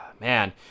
Man